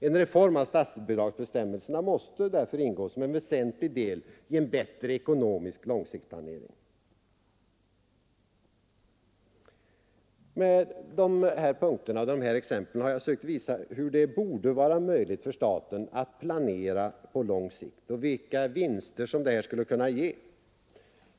En reform av statsbidragsbestämmelserna måste ingå som en väsentlig del i en bättre ekonomisk långsiktsplanering. Med dessa punkter och exempel har jag sökt visa hur det borde vara möjligt för staten att planera på lång sikt och vilka vinster som detta skulle kunna ge.